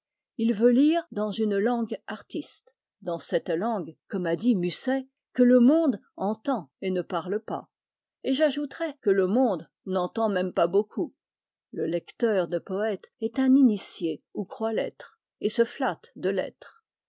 il veut lire dans une langue artiste dans cette langue comme a dit musset que le monde entend et ne parle pas et j'ajouterai que le monde n'entend même pas beaucoup le lecteur de poètes est un initié ou croit l'être et se flatte de l'être